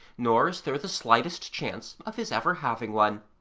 nor is there the slightest chance of his ever having one.